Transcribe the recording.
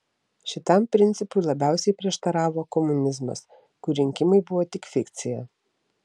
šitam principui labiausiai prieštaravo komunizmas kur rinkimai buvo tik fikcija